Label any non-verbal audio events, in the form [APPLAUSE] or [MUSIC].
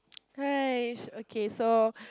[NOISE] [NOISE] okay so